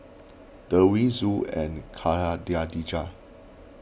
Dewi Zul and Khadija